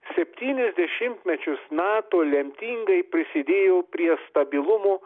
septynis dešimtmečius nato lemtingai prisidėjo prie stabilumo